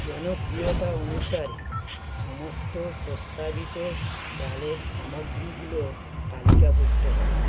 জনপ্রিয়তা অনুসারে সমস্ত প্রস্তাবিত ডালের সামগ্রীগুলো তালিকাভুক্ত করো